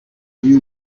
uyu